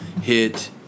hit